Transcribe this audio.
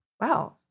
Wow